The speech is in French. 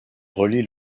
relient